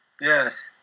Yes